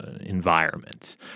environment